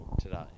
today